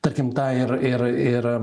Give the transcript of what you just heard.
tarkim tą ir ir ir